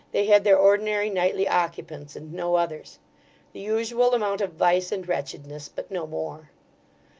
they had their ordinary nightly occupants, and no others the usual amount of vice and wretchedness, but no more.